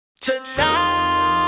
tonight